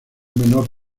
menor